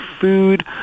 food